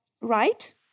right